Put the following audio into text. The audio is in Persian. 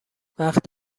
وقت